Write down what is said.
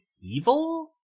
evil